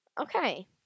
Okay